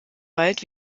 bald